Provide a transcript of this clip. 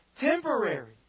temporary